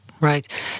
right